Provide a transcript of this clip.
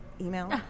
Email